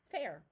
Fair